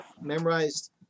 memorized